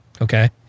Okay